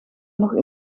nog